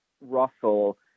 russell